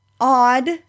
odd